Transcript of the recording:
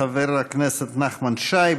חבר הכנסת נחמן שי,